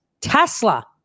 Tesla